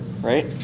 right